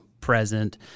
present